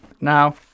Now